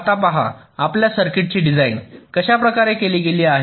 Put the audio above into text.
आता पहा आपल्या सर्किटची डिझाइन कशा प्रकारे केली गेली आहे